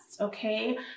okay